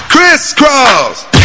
Crisscross